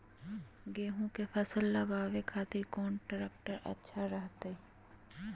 गेहूं के फसल लगावे खातिर कौन ट्रेक्टर अच्छा रहतय?